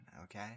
okay